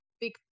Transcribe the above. big